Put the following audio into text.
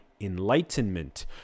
enlightenment